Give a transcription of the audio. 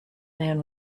man